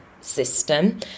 system